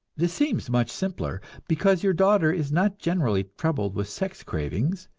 this seems much simpler because your daughter is not generally troubled with sex cravings,